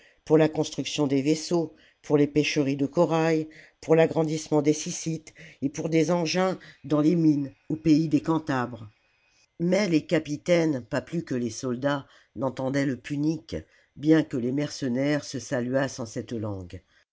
pour la construction des vaisseaux pour les pêcheries de corail pour l'agrandissement des syssites et pour des engins dans les mines au pays des cantabres mais les capitaines pas plus que les soldats n'entendaient le punique bien que les mercenaires se saluassent en cette langue